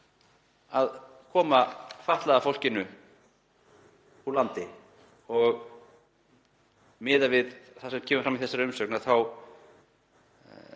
að koma fatlaða fólkinu úr landi. Og miðað við það sem kemur fram í þessari umsögn get